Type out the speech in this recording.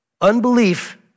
unbelief